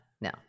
no